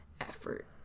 effort